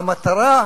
והמטרה: